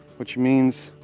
which means,